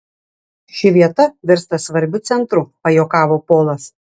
ši vieta virsta svarbiu centru pajuokavo polas